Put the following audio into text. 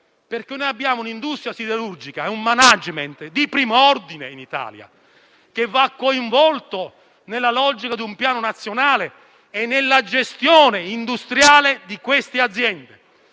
perché abbiamo un'industria siderurgica e un *management* di prim'ordine in Italia, che va coinvolto nella logica di un piano nazionale e nella gestione industriale di queste aziende: